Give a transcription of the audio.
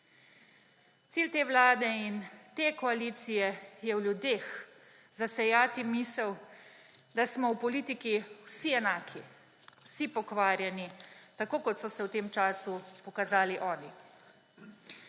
Cilj te vlade in te koalicije je v ljudeh zasejati misel, da smo v politiki vsi enaki, vsi pokvarjeni tako, kot so se v tem času pokazali oni.